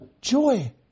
joy